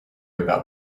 about